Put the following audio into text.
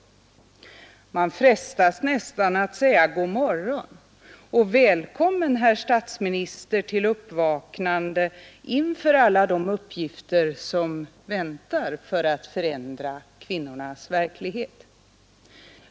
Man frestas nästan att säga god morgon och välkommen herr statsminister till uppvaknande inför alla de uppgifter som väntar för att förändra kvinnornas situation.